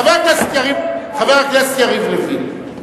חבר הכנסת יריב לוין, פה,